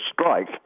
strike